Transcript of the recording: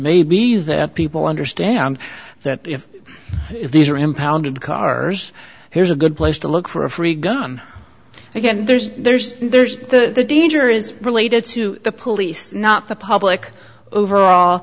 may be that people understand that if these are impounded cars here's a good place to look for a free gun again there's there's there's the danger is related to the police not the public overall